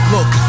Look